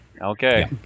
Okay